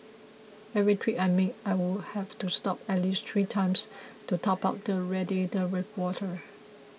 every trip I made I would have to stop at least three times to top up the radiator with water